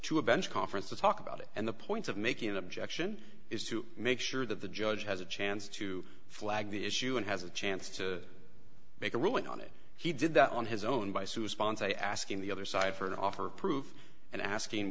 to a bench conference to talk about it and the point of making an objection is to make sure that the judge has a chance to flag the issue and has a chance to make a ruling on it he did that on his own by susan say asking the other side for an offer proof and asking